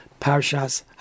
Parshas